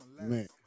Man